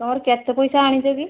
ତମର କେତେ ପଇସା ଆଣିଛକି